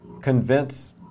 convince